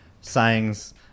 sayings